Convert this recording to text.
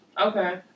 Okay